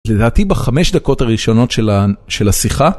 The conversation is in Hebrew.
לדעתי בחמש דקות הראשונות של השיחה.